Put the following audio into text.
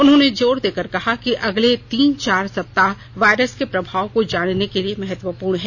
उन्होंने जोर देकर कहा कि अगले तीन चार सप्ताह वायरस के प्रभाव को जानने के लिए महत्वपूर्ण हैं